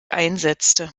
einsetzte